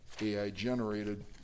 AI-generated